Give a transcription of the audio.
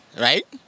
right